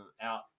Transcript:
out